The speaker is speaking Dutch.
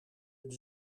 het